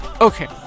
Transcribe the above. Okay